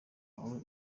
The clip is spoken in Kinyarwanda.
wawe